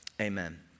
amen